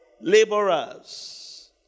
Laborers